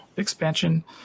expansion